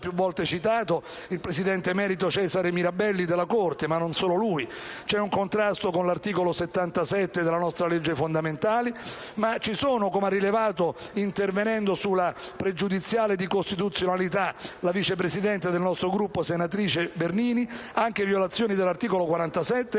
costituzionale Cesare Mirabelli, già più volte citato, ma non è il solo. C'è un contrasto con l'articolo 77 della nostra legge fondamentale, ma ci sono, come ha rilevato intervenendo sulla pregiudiziale di costituzionalità la vice presidente del nostro Gruppo, senatrice Bernini, anche violazioni agli articoli 47